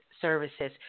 services